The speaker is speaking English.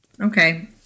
Okay